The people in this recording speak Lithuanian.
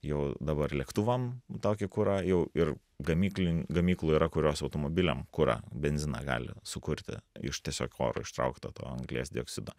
jau dabar lėktuvam tokį kurą jau ir gamyklin gamyklų yra kurios automobiliam kurą benziną gali sukurti iš tiesiog oro ištraukto to anglies dioksido